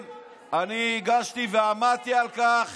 אני הגשתי, ועמדתי על כך